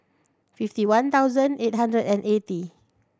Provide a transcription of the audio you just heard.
fifty one thousand eight hundred and eighty